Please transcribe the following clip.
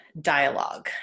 dialogue